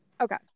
Okay